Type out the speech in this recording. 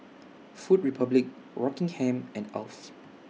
Food Republic Rockingham and Alf